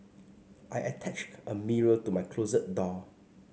I attached a mirror to my closet door